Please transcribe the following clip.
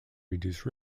reduce